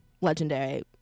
legendary